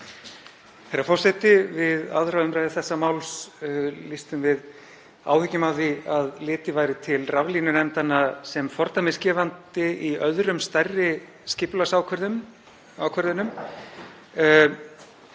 Herra forseti. Við 2. umr. þessa máls lýstum við áhyggjum af því að litið væri til raflínunefndanna sem fordæmisgefandi í öðrum stærri skipulagsákvörðunum.